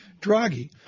Draghi